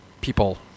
people